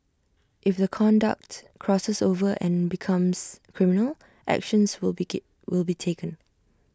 if the conduct crosses over and becomes criminal actions will be give will be taken